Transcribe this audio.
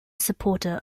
supporter